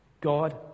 God